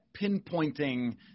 pinpointing